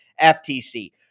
FTC